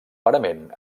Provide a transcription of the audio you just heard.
parament